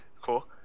cool